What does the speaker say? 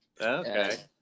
Okay